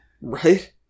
Right